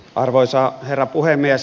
arvoisa herra puhemies